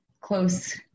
close